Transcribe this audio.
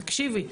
תקשיבי,